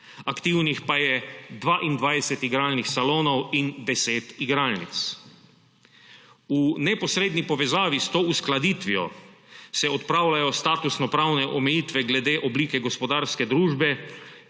aktivnih pa je 22 igralnih salonov in 10 igralnic. V neposredni povezavi s to uskladitvijo se odpravljajo statusnopravne omejitve glede oblike gospodarske družbe